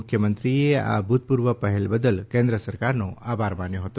મુખ્યમંત્રીએ આ અભૂતપૂર્વ પહેલ બદલ કેન્દ્ર સરકારનો આભાર માન્યો હતો